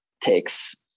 takes